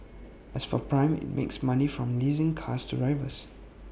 as for prime IT makes money from leasing cars to drivers